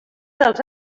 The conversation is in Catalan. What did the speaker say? dels